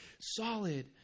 solid